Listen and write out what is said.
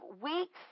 weeks